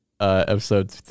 episode